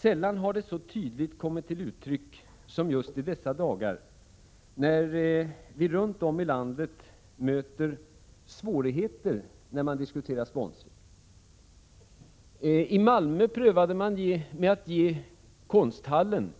Sällan har detta så tydligt kommit till uttryck som just i dessa dagar, när vi runt om i landet möter svårigheter i samband med sponsring. I Malmö prövade man att ge konsthallen